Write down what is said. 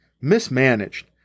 mismanaged